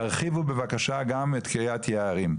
תרחיבו בבקשה גם את קרית יערים.